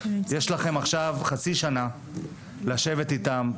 יש לכם עכשיו חצי שנה לשבת איתם,